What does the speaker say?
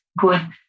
good